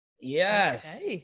Yes